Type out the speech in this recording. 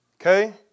Okay